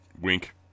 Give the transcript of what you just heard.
Wink